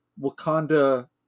Wakanda